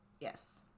Yes